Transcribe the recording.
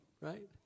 right